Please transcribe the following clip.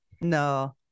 No